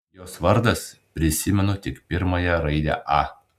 jos vardas prisimenu tik pirmąją raidę a